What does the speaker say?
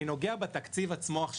אני נוגע עכשיו בתקציב עצמו.